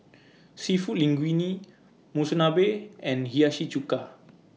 Seafood Linguine Monsunabe and Hiyashi Chuka